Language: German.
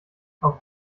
auf